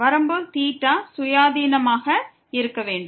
வரம்பு θக்கு சுயாதீனமாக இருக்க வேண்டும்